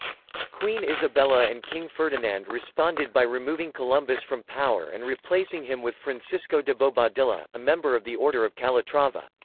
queen isabella and king ferdinand responded by removing columbus from power and replacing him with francisco de bobadilla, a member of the order of calatrava.